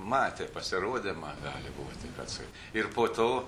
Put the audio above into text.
matė pasirodymą gali būti kad ir po to